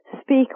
speak